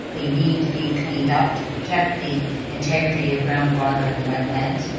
they need to be cleaned up to protect the integrity of groundwater in the wetlands.